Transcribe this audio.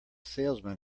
salesman